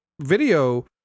video